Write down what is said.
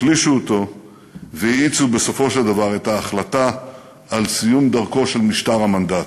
החלישה אותו והאיצה בסופו של דבר את ההחלטה על סיום דרכו של משטר המנדט.